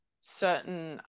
certain